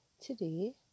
today